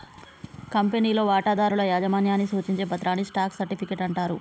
కంపెనీలో వాటాదారుల యాజమాన్యాన్ని సూచించే పత్రాన్ని స్టాక్ సర్టిఫికెట్ అంటారు